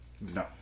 No